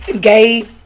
gay